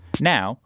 Now